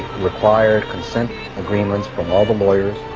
required consent agreements from all the lawyers,